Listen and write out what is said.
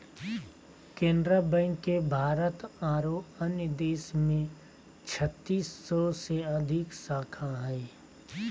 Canara bank के भारत आरो अन्य देश में छत्तीस सौ से अधिक शाखा हइ